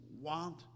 want